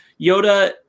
Yoda